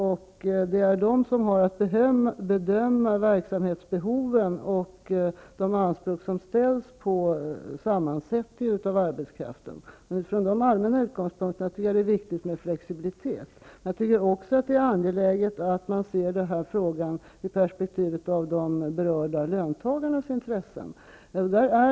Det är myndigheterna som har att bedöma verksamhetsbehoven och de anspråk som ställs på sammansättningen av arbetskraften. Utifrån dessa allmänna utgångspunkter är det viktigt med flexibilitet. Det är också angeläget att denna fråga ses i perspektivet av de berörda löntagarnas intressen.